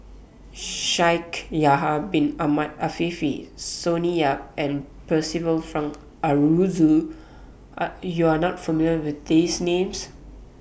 Shaikh Yahya Bin Ahmed Afifi Sonny Yap and Percival Frank Aroozoo Are YOU Are not familiar with These Names